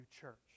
church